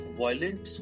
violent